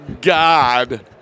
God